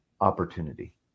opportunity